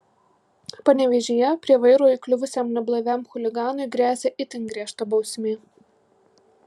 panevėžyje prie vairo įkliuvusiam neblaiviam chuliganui gresia itin griežta bausmė